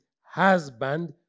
husband